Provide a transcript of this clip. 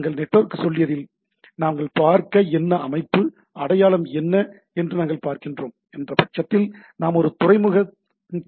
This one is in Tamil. நாங்கள் நெட்வொர்க் சொல்லியலில் நாம் பார்க்க என்ன அமைப்பு அடையாளம் என்ன என்று நாம் பார்க்கின்றோம் என்ற பட்சத்தில் நாம் ஒரு துறைமுக தேவைப்படுகிறது